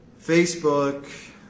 Facebook